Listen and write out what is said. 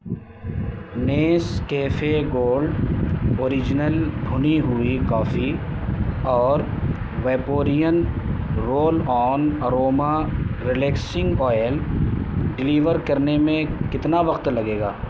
Nescafé gold original بھنی ہوئی coffee اور vaporin roll on aroma relaxing oil deliver کرنے میں کتنا وقت لگے گا